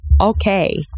okay